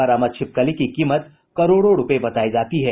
बरामद छिपकली की कीमत करोड़ों रूपये बतायी जाती है